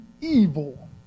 evil